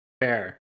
Fair